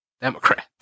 Democrat